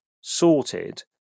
sorted